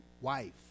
wife